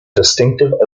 distinctive